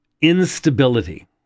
instability